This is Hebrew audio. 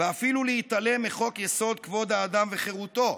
ואפילו להתעלם מחוק-יסוד: כבוד האדם וחירותו.